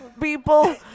people